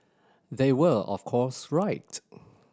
they were of course right